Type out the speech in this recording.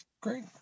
Great